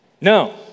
No